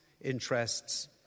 interests